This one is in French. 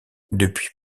depuis